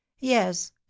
yes